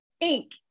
ink